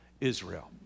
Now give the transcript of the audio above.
Israel